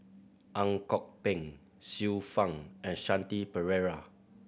Ang Kok Peng Xiu Fang and Shanti Pereira